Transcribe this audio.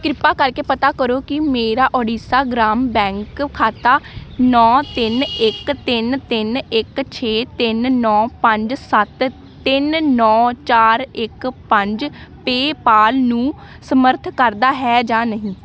ਕਿਰਪਾ ਕਰਕੇ ਪਤਾ ਕਰੋ ਕਿ ਮੇਰਾ ਓਡੀਸ਼ਾ ਗ੍ਰਾਮ ਬੈਂਕ ਖਾਤਾ ਨੌਂ ਤਿੰਨ ਇੱਕ ਤਿੰਨ ਤਿੰਨ ਇੱਕ ਛੇ ਤਿੰਨ ਨੌਂ ਪੰਜ ਸੱਤ ਤਿੰਨ ਨੌਂ ਚਾਰ ਇੱਕ ਪੰਜ ਪੇਪਾਲ ਨੂੰ ਸਮਰੱਥ ਕਰਦਾ ਹੈ ਜਾਂ ਨਹੀਂ